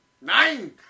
Nine